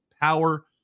power